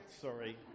sorry